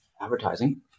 advertising